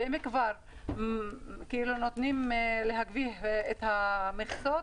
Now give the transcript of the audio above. ואם כבר נותנים להגדיל את המכסות,